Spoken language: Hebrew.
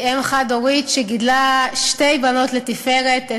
היא אם חד-הורית שגידלה שתי בנות לתפארת,